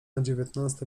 dziewiętnasta